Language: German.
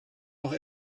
noch